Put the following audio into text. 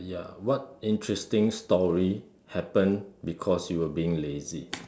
uh ya what interesting story happened because you were being lazy